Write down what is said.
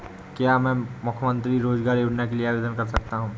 क्या मैं मुख्यमंत्री रोज़गार योजना के लिए आवेदन कर सकता हूँ?